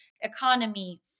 economy